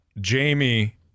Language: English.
Jamie